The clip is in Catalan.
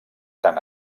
tant